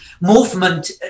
movement